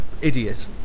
idiot